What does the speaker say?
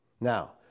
Now